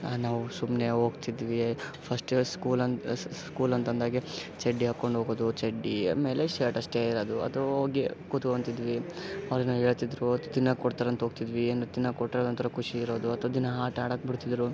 ನಾವು ಸುಮ್ಮನೆ ಹೋಗ್ತಿದ್ವಿ ಫಸ್ಟು ಸ್ಕೂಲ್ ಅಂತ್ ಸ್ ಸ್ ಸ್ಕೂಲ್ ಅಂತ ಅಂದಾಗೆ ಚಡ್ಡಿ ಆಕೊಂಡು ಹೋಗೋದು ಚಡ್ಡಿ ಆಮೇಲೆ ಶರ್ಟ್ ಅಷ್ಟೇ ಇರೋದು ಅದು ಹೋಗಿ ಕೂತ್ಕೊಂತಿದ್ವಿ ಅವರು ಏನೋ ಹೇಳ್ತಿದ್ದರು ತಿನ್ನಕ್ಕೆ ಕೊಡ್ತಾರೆ ಅಂತ ಹೋಗ್ತಿದ್ವಿ ಏನು ತಿನ್ನಕ್ಕೆ ಕೊಟ್ಟರೆ ಅದು ಒಂಥರ ಖುಷಿ ಇರೋದು ಅಥ್ವಾ ದಿನ ಆಟ ಆಡಕ್ಕೆ ಬಿಡ್ತಿದ್ದರು